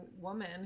woman